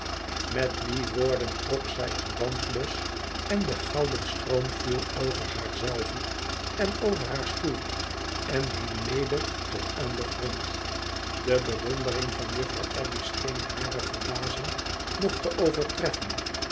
met die woorden trok zij een band los en de gouden stroom viel over haar zelve en over haar stoel en hing neder tot aan den grond de bewondering van juffrouw abbey scheen hare verbazing nog te overtreffen